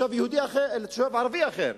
לתושב ערבי אחר,